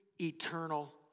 eternal